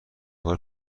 بار